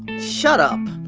shut up.